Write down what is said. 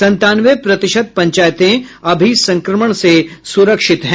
संतानवे प्रतिशत पंचायतें अभी संक्रमण से सुरक्षित हैं